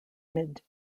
mid